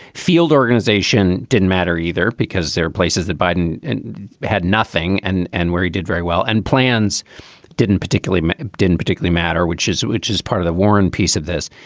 field organization didn't matter either, because there are places that biden had nothing and and where he did very well and plans didn't particularly didn't particularly matter, which is which is part of the warren piece of this.